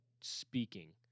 speaking